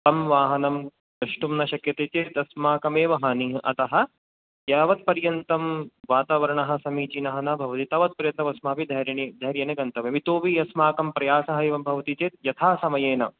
तं वाहनं द्रष्टुं न शक्यते चेत् अस्माकमेव हानिः अतः यावत्पर्यन्तं वातावरणः समीचीनः न भवति तावत्पर्यन्मस्माभिः धैर्येण गन्तव्यम् इतोऽपि अस्माकं प्रयासः एवं भवति चेत् यथा समयेन